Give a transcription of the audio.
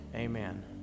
amen